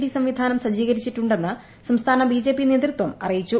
D സംവിധാനം സജ്ജീകരിച്ചിട്ടുണ്ടെന്ന് സംസ്ഥാന ബിജെപി നേതൃത്വം അറിയിച്ചു